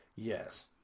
Yes